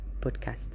podcast